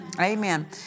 Amen